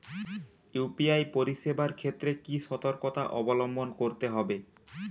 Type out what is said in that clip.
UPI পরিসেবার ক্ষেত্রে কি সতর্কতা অবলম্বন করতে হবে?